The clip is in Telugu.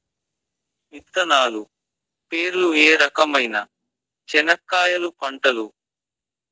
విత్తనాలు పేర్లు ఏ రకమైన చెనక్కాయలు పంటలు?